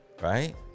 Right